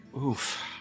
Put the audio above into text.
Oof